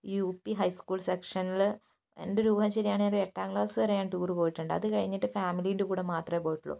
ഈ U P high school സെക്ഷനിൽ എന്റൊരു ഊഹം ശരിയാണെങ്കിൽ എട്ടാം ക്ലാസ്സ് വരെ ഞാൻ ടൂർ പോയിട്ടുണ്ട് അതുകഴിഞ്ഞിട്ട് ഫാമിലീൻ്റെ കൂടെ മാത്രമേ പോയിട്ടുള്ളൂ